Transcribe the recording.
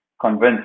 convinced